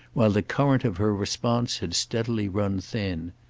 while the current of her response had steadily run thin.